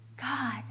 God